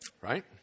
Right